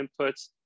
inputs